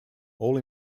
all